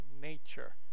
nature